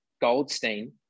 Goldstein